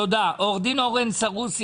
עו"ד אורן סרוסי,